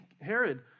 Herod